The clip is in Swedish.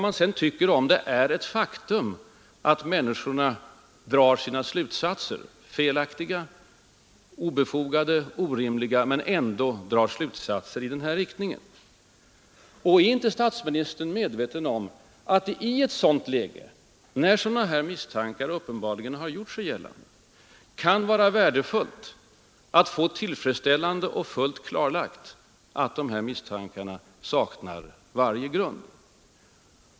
Inser han inte att detta är ett faktum och att människorna gör sina antaganden — felaktiga, obefogade, orimliga, men ändå antaganden som utlöser misstro? Och är inte statsministern medveten om att det i ett sådant klimat, där misstro uppenbarligen har gjort sig gällande, är värdefullt att få helt klarlagt att misstankarna saknar varje grund?